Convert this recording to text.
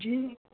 جی